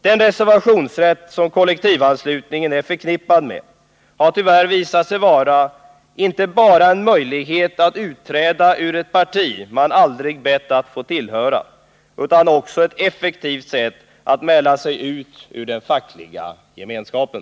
Den reservationsrätt som kollektivanslutningen är förknippad med har tyvärr visat sig vara inte bara en möjlighet att utträda ur ett parti man aldrig bett att få tillhöra, utan också ett effektivt sätt att mäla sig ur den fackliga gemenskapen.